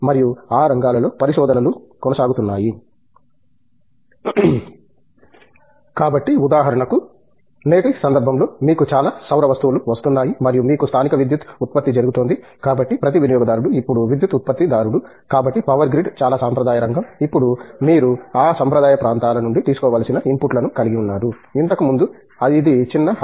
మరియు ఆ రంగాలో పరిశోధనలు కొనసాగుతున్నాయి